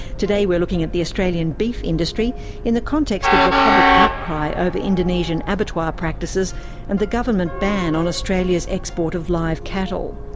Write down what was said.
today we're looking at the australian beef industry in the context of the public outcry over indonesian abattoir practices and the government ban on australia's export of live cattle.